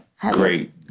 Great